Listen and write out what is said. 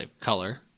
color